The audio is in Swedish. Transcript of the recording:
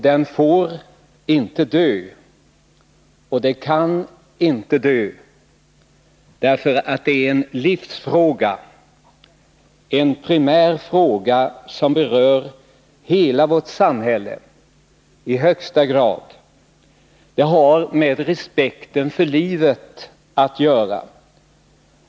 Den får inte dö, och den kan inte dö, därför att det är en livsfråga, en primär fråga, som berör hela vårt samhälle i högsta grad. Den har med respekten för livet att göra.